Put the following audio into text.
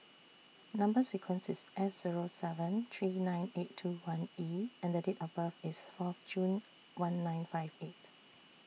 Number sequence IS S Zero seven three nine eight two one E and Date of birth IS Fourth June one nine five eight